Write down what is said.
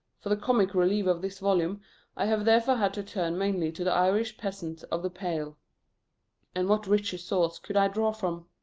for the comic relief of this volume i have therefore had to turn mainly to the irish peasant of the pale and what richer source could i draw from?